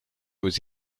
aux